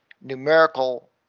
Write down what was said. numerical